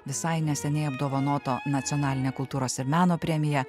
visai neseniai apdovanoto nacionaline kultūros ir meno premija